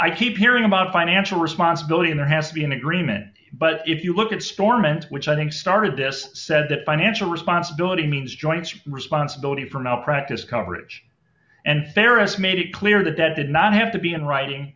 i keep hearing about financial responsibility in there has to be an agreement but if you look at the storm and which i think started this said that financial responsibility means joint responsibility for malpractise coverage and paris made it clear that that did not have to be in writing